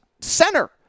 center